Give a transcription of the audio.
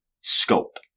scope